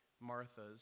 Martha's